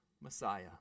Messiah